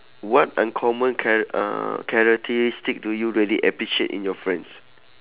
what uncommon char~ uh characteristic do you really appreciate in your friends